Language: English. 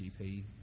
GP